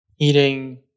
eating